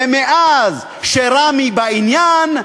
ומאז שרמ"י בעניין,